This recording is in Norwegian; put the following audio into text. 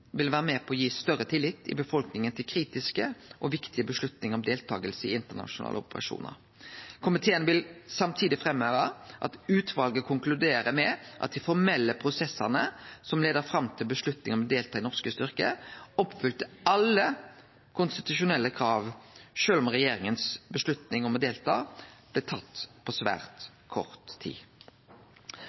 vil samtidig framheve at utvalet konkluderer med at dei formelle prosessane som leidde fram til avgjerda om å delta med norske styrkar, oppfylte alle konstitusjonelle krav, sjølv om regjeringas avgjerd om å delta blei tatt på svært kort tid.